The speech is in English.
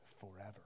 forever